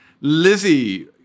Lizzie